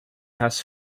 has